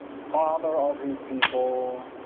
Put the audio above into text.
father of his people,